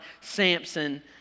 Samson